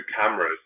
cameras